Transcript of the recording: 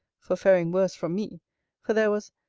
for faring worse from me for there was,